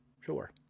sure